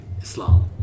Islam